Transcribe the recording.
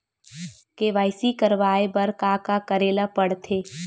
KYC करवाय बर का का करे ल पड़थे?